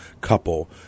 couple